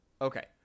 Okay